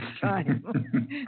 time